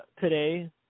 today